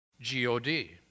G-O-D